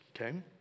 okay